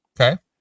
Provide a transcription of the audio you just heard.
okay